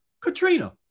Katrina